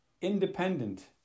independent